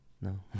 No